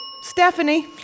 Stephanie